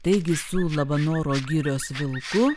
taigi su labanoro girios vilku